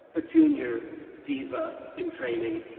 a junior diva in training,